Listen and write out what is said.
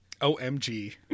OMG